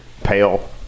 pale